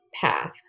path